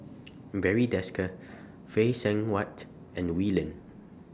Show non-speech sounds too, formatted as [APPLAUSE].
[NOISE] Barry Desker Phay Seng Whatt and Wee Lin